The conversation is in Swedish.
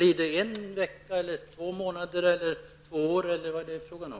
Är det klart om en vecka, två månader, två år eller hur lång tid rör det sig om?